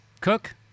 Cook